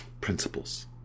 principles